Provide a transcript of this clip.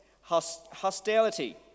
hostility